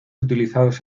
utilizados